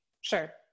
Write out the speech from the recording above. Sure